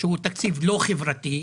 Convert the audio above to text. שהוא תקציב לא חברתי,